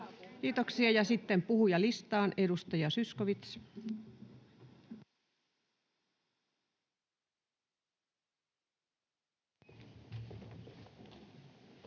Kiitoksia. — Ja sitten puhujalistaan. Edustaja Zyskowicz.